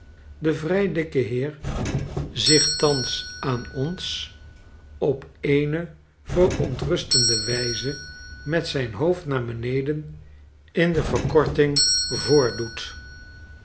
vrij dikken heer zich thans aan ons op eene verontrustende wijze met zijn hoofd naar beneden in de verkorting voordoet